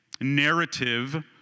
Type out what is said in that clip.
narrative